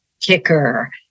kicker